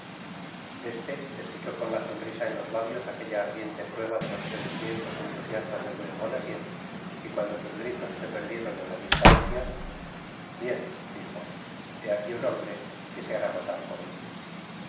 este escuchó con la sonrisa en los labios aquella ardiente prueba de los sentimientos entusiastas del buen bonacieux y cuando sus gritos se perdieron en la distancia bien dijo he aquí un hombre que se hará matar por mí